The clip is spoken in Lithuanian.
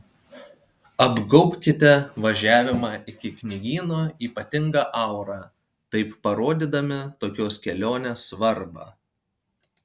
apgaubkite važiavimą iki knygyno ypatinga aura taip parodydami tokios kelionės svarbą